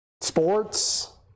Sports